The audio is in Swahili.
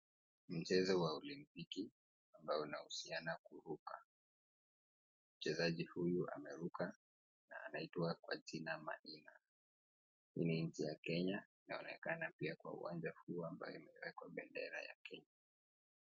Mchezo wa olimpiki inayohusiana kuruka, mchezaji huyu ameruka na anaitwa kwa jina Maina hii ni nchi ya Kenya na inaonekana kwa pia kwa uwanja huu umeekwa bendera ya Kenya.